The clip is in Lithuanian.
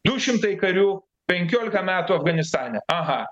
du šimtai karių penkioika metų afganistane aha